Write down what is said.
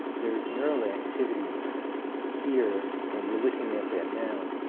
there's neural activity here, when you're looking at that noun,